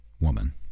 woman